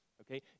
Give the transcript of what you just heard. okay